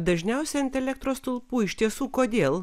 dažniausiai ant elektros stulpų iš tiesų kodėl